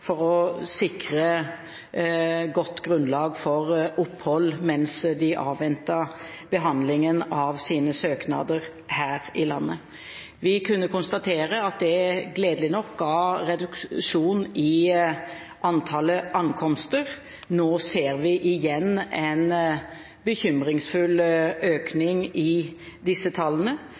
for å sikre godt grunnlag for opphold mens de avventet behandlingen av sine søknader her i landet. Vi kunne konstatere at det gledelig nok ga reduksjon i antallet ankomster. Nå ser vi igjen en bekymringsfull økning i disse tallene.